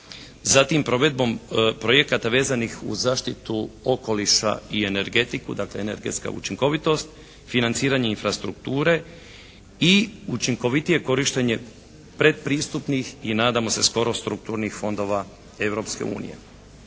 zatim provedbom projekata vezanih uz zaštitu okoliša i energetiku dakle, energetska učinkovitost, financiranje infrastrukture i učinkovitije korištenje predpristupnih i nadamo se skoro strukturnih fondova